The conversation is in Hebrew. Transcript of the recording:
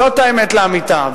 זאת האמת לאמיתה.